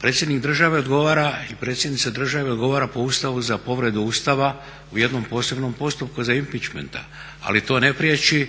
Predsjednik države odgovara ili predsjednica države odgovara po Ustavu za povredu Ustava u jednom posebnom postupku …/Govornik se ne razumije./… ali